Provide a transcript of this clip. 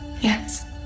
Yes